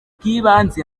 bw’ibanze